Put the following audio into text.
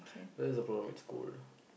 that's the problem it's gold